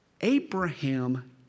Abraham